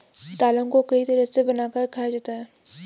दालों को कई तरह से बनाकर खाया जाता है